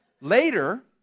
Later